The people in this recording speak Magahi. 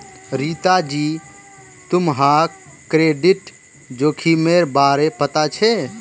रीता जी, तुम्हाक क्रेडिट जोखिमेर बारे पता छे?